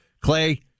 Clay